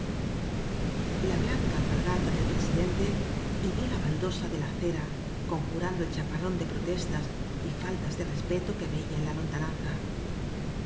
la blanca alpargata del presidente hirió la baldosa ele la acera conjurando el chaparrón de protestas y faltas de respeto que veía en i lontananza